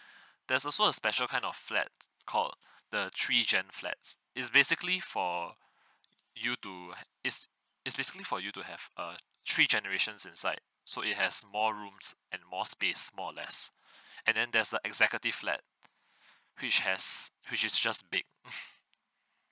there's also a special kind of flat called the three gen flats it's basically for you to it's it's basically for you to have a three generations inside so it has more rooms and more space more or less and then there's the executive flat which has which is just big